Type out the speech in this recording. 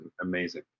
amazing